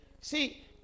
See